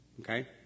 okay